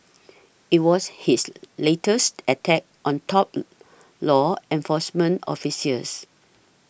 it was his latest attack on top law enforcement officials